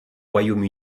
royaume